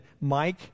Mike